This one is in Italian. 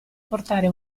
portare